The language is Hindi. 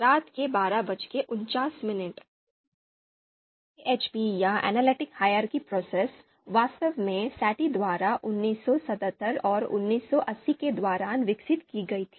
AHP या Analytic Hierarchy Process वास्तव में Saaty द्वारा 1977 और 1980 के दौरान विकसित की गई थी